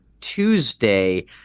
Tuesday